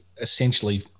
essentially